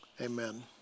amen